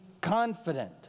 confident